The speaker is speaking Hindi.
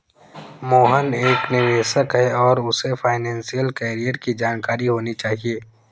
मोहन एक निवेशक है और उसे फाइनेशियल कैरियर की जानकारी होनी चाहिए